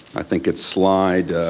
i think it's slide.